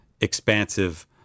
expansive